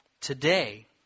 Today